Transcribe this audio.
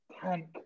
tank